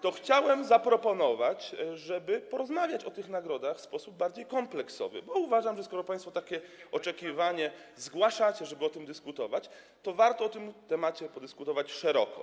to chciałem zaproponować, żeby porozmawiać o tych nagrodach w sposób bardziej kompleksowy, bo uważam, że skoro państwo zgłaszacie takie oczekiwanie, żeby o tym dyskutować, to warto na ten temat podyskutować szeroko.